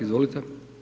Izvolite.